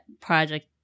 project